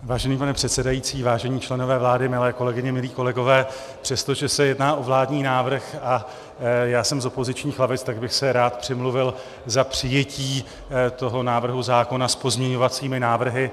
Vážený pane předsedající, vážení členové vlády, milé kolegyně, milí kolegové, přestože se jedná o vládní návrh a já jsem z opozičních lavic, tak bych se rád přimluvil za přijetí toho návrhu zákona s pozměňovacími návrhy.